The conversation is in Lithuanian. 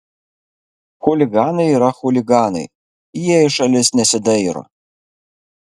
chuliganai yra chuliganai jie į šalis nesidairo